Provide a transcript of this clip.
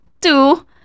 two